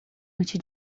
antes